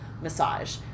massage